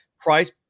price